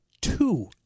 two